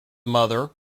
mother